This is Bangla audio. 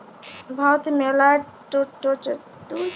ভারতে মেলা ট চাষ হ্যয়, আর দুলিয়া জুড়ে চীল, ব্রাজিল ইত্যাদিতে হ্য়য়